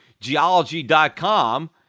geology.com